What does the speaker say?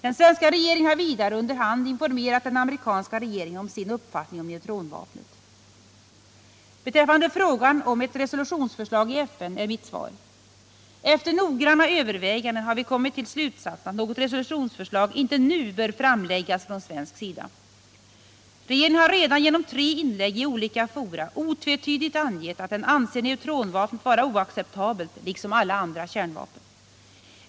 Den svenska regeringen har vidare under hand informerat den amerikanska regeringen om sin uppfattning om neutronvapnet. Beträffande frågan om ett resolutionsförslag i FN är mitt svar: Efter noggranna överväganden har vi kommit till slutsatsen att något resolutionsförslag inte nu bör framläggas från svensk sida. Regeringen har redan genom tre inlägg i olika fora otvetydigt angett att den anser neutronvapnet vara oacceptabelt, liksom alla andra kärnvapen.